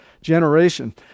generation